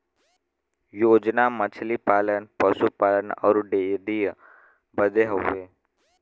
योजना मछली पालन, पसु पालन अउर डेयरीए बदे हउवे